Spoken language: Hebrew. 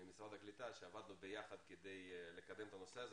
ממשרד הקליטה, שעבדנו ביחד כדי לקדם את הנושא הזה.